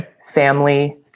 family